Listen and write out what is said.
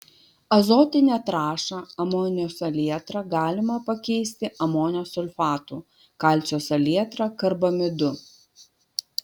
azotinę trąšą amonio salietrą galima pakeisti amonio sulfatu kalcio salietra karbamidu